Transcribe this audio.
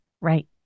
Right